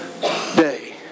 day